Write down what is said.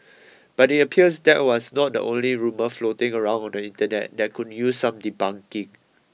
but it appears that was not the only rumour floating around on the Internet that could use some debunking